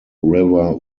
river